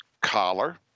collar